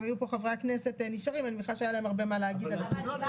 אם היו פה חברי הכנסת אני מניחה שהיה להם הרבה מה להגיד על זה.